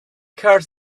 cards